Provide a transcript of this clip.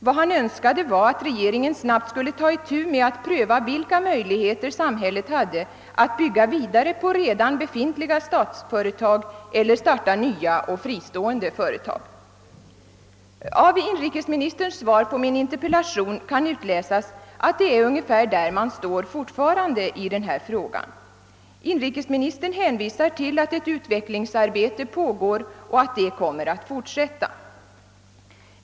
Vad han önskade var att regeringen snabbt skulle ta itu med att pröva vilka möjligheter samhället hade att bygga vidare på redan befintliga statsföretag eller starta nya och fristående företag. Av inrikesministerns svar på min interpellation kan utläsas att det är ungefär där man fortfarande står i den här frågan. Inrikesministern hänvisar till att ett utvecklingsarbete pågår och att det kommer att fortsätta.